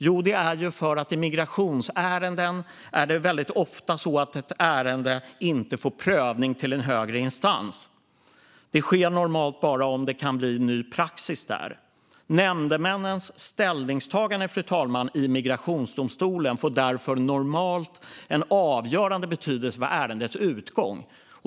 Jo, det är att det i migrationsärenden väldigt ofta är så att ett ärende inte får prövning i högre instans. Det sker normalt bara om det kan bli ny praxis där. Nämndemännens ställningstaganden, fru talman, i migrationsdomstolen får därför normalt en avgörande betydelse för ärendets utgång.